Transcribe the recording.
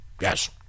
Yes